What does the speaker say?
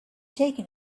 taken